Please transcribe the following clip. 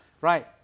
Right